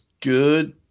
good